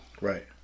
Right